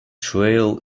trail